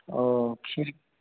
ओ खीर